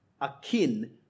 akin